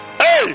Hey